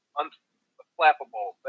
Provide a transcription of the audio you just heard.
unflappable